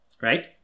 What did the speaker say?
right